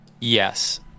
Yes